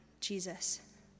Jesus